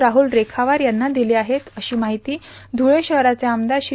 राहुल रेखावार यांना दिले आहेत अशी माहिती धुळे शहराचे आमदार श्री